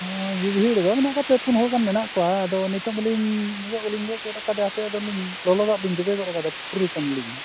ᱦᱳᱭ ᱵᱷᱤᱲ ᱫᱚ ᱵᱟᱹᱱᱩᱜ ᱠᱚᱣᱟ ᱯᱮ ᱯᱩᱱ ᱦᱚᱲ ᱜᱟᱱ ᱢᱮᱱᱟᱜ ᱠᱚᱣᱟ ᱟᱫᱚ ᱱᱤᱛᱳᱜ ᱫᱚᱞᱤᱧ ᱱᱤᱛᱳᱜ ᱫᱚᱞᱤᱧ ᱜᱚᱡ ᱜᱚᱫ ᱠᱟᱫᱮᱭᱟ ᱦᱟᱯᱮ ᱟᱫᱚ ᱞᱤᱧ ᱞᱚᱞᱚ ᱫᱟᱜ ᱨᱮᱞᱤᱧ ᱡᱚᱵᱮ ᱜᱚᱫ ᱠᱟᱫᱮᱭᱟ ᱯᱩᱴᱩᱨᱮ ᱠᱟᱱᱟᱞᱤᱧ ᱦᱟᱜ